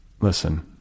listen